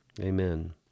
Amen